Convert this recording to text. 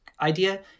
idea